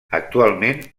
actualment